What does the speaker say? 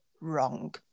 wrong